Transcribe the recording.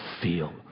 feel